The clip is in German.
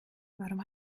warum